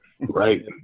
Right